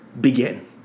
begin